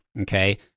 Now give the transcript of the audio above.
Okay